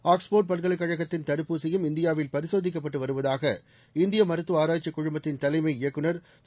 Oxford பல்கலைக் கழகத்தின் தடுப்பூசியும் இந்தியாவில் பரிசோதிக்கப்பட்டு வருவதாக இந்திய மருத்துவ ஆராய்ச்சிக் குழுமத்தின் தலைமை இயக்குநர் திரு